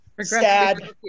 sad